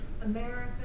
America